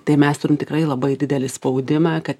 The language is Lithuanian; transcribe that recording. tai mes turim tikrai labai didelį spaudimą kad